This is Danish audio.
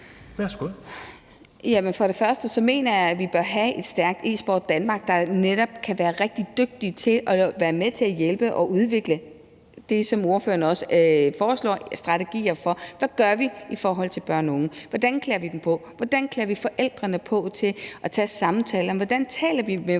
Jamen for det første mener jeg, at vi bør have et stærkt Esport Danmark, der netop kan være rigtig dygtigt til at være med til at hjælpe og udvikle det, som ordføreren også foreslår strategier for. Altså, hvad gør vi i forhold til børn og unge? Hvordan klæder vi dem på? Hvordan klæder vi forældrene på til at tage samtalerne? Hvordan taler vi med